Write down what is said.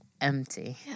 empty